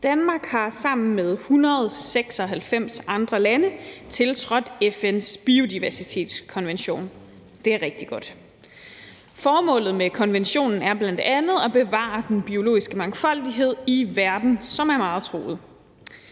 Danmark har sammen med 196 andre lande tiltrådt FN's biodiversitetskonvention, og det er rigtig godt. Formålet med konventionen er bl.a. at bevare den biologiske mangfoldighed i verden, som er meget truet.